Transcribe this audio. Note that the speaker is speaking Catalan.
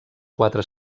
quatre